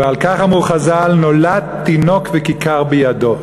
ועל כך אמרו חז"ל: "נולד תינוק וכיכר בידו".